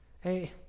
Hey